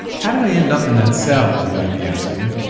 how did i end up in that cell you might be asking?